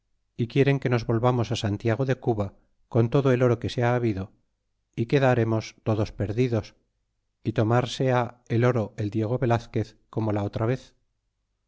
y quieren que nos volvamos santiago de cuba con todo el oro que se ha habido y quedremes todos perdidos y tomarseha el oro el diego velazquez como la otra vez